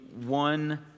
one